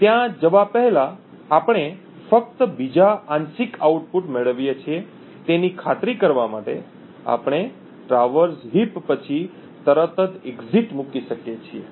ત્યાં જવા પહેલાં આપણે ફક્ત બીજા આંશિક આઉટપુટ મેળવીએ છીએ તેની ખાતરી કરવા માટે આપણે ટ્રાવર્સ હીપ પછી તરત જ એક્ઝીટ મૂકી શકીએ છીએ